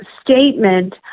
Statement